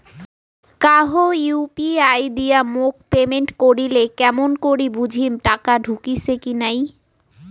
কাহো ইউ.পি.আই দিয়া মোক পেমেন্ট করিলে কেমন করি বুঝিম টাকা ঢুকিসে কি নাই?